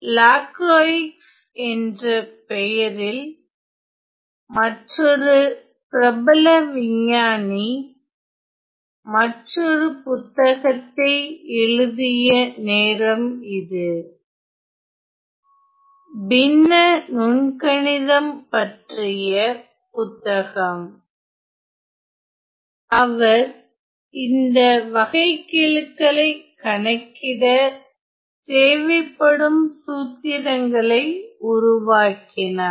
Lacroix என்ற பெயரில் மற்றொரு பிரபல விஞ்ஞானி மற்றொரு புத்தகத்தை எழுதிய நேரம் இது பின்ன நுண்கணிதம் பற்றிய புத்தகம் அவர் இந்த வகைக்கெழுக்களை கணக்கிட தேவைப்படும் சூத்திரங்களை உருவாக்கினார்